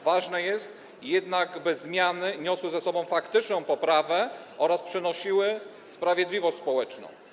Ważne jest jednak, by zmiany niosły ze sobą faktyczną poprawę oraz przynosiły sprawiedliwość społeczną.